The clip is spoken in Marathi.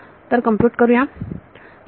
तर कम्प्युट करा